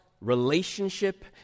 relationship